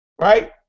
right